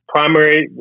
Primary